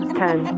ten